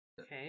okay